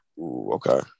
Okay